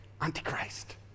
Antichrist